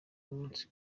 munsi